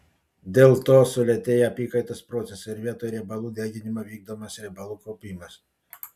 dėl to sulėtėja apykaitos procesai ir vietoj riebalų deginimo vykdomas riebalų kaupimas